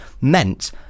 meant